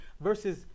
Versus